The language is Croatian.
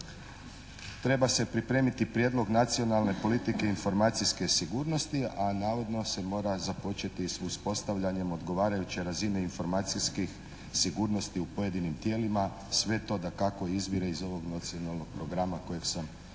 treba se pripremiti prijedlog Nacionalne politike informacijske sigurnosti, a navodno se mora započeti s uspostavljanjem odgovarajuće razine informacijskih sigurnosti u pojedinim tijelima, sve to dakako izvire iz ovog nacionalnog programa kojeg sam maloprije